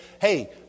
hey